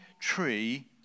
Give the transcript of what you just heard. tree